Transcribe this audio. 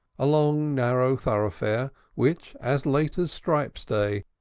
a long, narrow thoroughfare which, as late as strype's day,